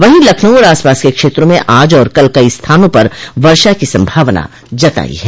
वहीं लखनऊ और आसपास के क्षेत्रों में आज और कल कई स्थानों पर वर्षा की संभावना जताई है